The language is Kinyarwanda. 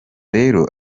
rero